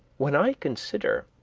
when i consider